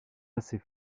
assez